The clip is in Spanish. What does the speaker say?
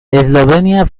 eslovenia